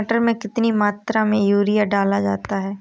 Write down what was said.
मटर में कितनी मात्रा में यूरिया डाला जाता है?